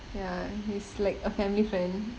ya he's like a family friend